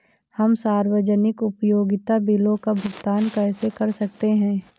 हम सार्वजनिक उपयोगिता बिलों का भुगतान कैसे कर सकते हैं?